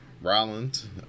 Rollins